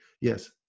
yes